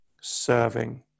serving